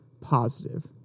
positive